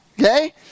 okay